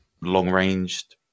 long-ranged